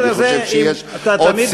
אני חושב שיש, בסדר, זה אם אתה תמיד,